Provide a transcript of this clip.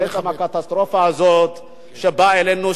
נלך עם הקטסטרופה הזאת שבאה עלינו,